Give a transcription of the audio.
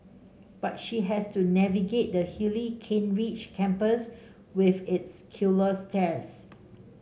but she had to navigate the hilly Kent Ridge campus with its killer stairs